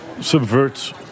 subverts